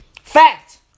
Fact